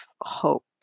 hope